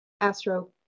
Astro